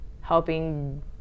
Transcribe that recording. helping